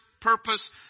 purpose